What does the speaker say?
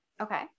Okay